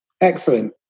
Excellent